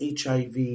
HIV